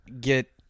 get